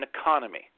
economy